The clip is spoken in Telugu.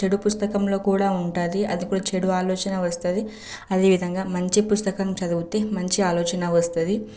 చెడు పుస్తకంలో కూడా ఉంటుంది అది కూడా చెడు ఆలోచన వస్తుంది అదే విధంగా మంచి పుస్తకం చదివితే మంచి ఆలోచన వస్తుంది